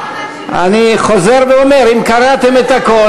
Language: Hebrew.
אני חוזר ואומר: אם קראתם את הכול,